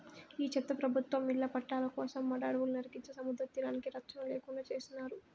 ఈ చెత్త ప్రభుత్వం ఇళ్ల పట్టాల కోసం మడ అడవులు నరికించే సముద్రతీరానికి రచ్చన లేకుండా చేసినారు